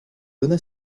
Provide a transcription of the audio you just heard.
donna